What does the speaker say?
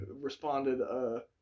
responded